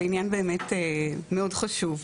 זה עניין באמת מאוד חשוב.